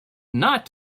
not